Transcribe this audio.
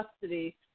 custody –